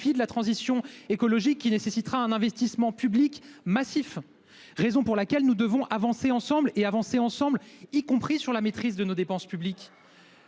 de la transition écologique, qui nécessitera un investissement public massif. C'est la raison pour laquelle nous devons avancer ensemble, y compris pour maîtriser nos dépenses publiques.